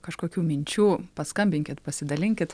kažkokių minčių paskambinkit pasidalinkit